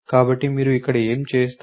కాబట్టి మీరు ఇక్కడ ఏమి చేస్తారు